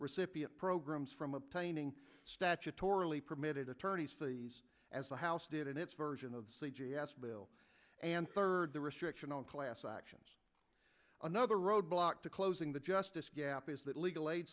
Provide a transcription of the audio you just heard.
recipient programs from obtaining statutorily permitted attorneys fees as the house did in its version of c g s bill and third the restriction on class actions another roadblock to closing the justice gap is that legal aid